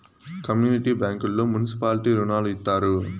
community బ్యాంకుల్లో municipality రుణాలు ఇత్తారు